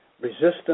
resistance